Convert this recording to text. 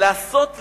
לבזות אותנו,